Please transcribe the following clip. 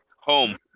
Home